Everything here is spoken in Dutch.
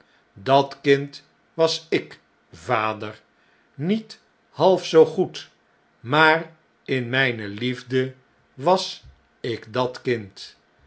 dat kind was ik vader niet half zoo goed maar in mijne liefde was ik dat kind